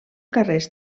darrers